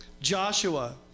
Joshua